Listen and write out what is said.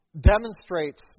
demonstrates